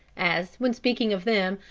as, when speaking of them,